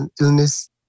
illness